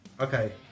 Okay